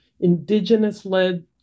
indigenous-led